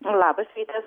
labas rytas